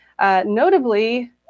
Notably